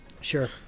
Sure